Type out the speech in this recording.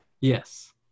Yes